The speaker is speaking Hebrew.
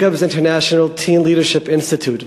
Jacobs International Teen Leadership Institute,